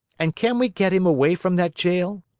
and can we get him away from that jail?